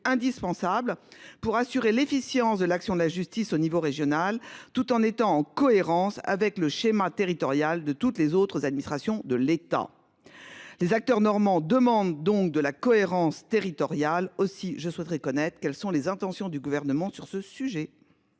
indispensable pour assurer l'efficience de l'action de la justice au niveau régional, tout en étant en cohérence avec le schéma territorial de toutes les autres administrations de l'État. Les acteurs Normand demande donc de la cohérence territoriale aussi, je souhaiterais connaître quelles sont les intentions du gouvernement sur ce sujet.